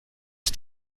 ist